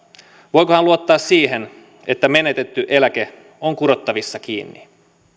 voiko hän luottaa siihen että menetetty eläke on kurottavissa kiinni